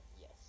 yes